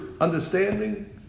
understanding